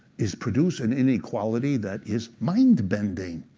is produce an inequality that is mind-bending.